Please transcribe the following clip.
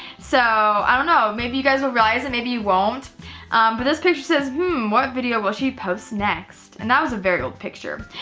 so i don't know, maybe you guys will realize and maybe you won't. but this picture says hmmm what video will she post next? and that was a very old picture.